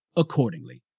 accordingly,